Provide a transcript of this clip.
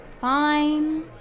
Fine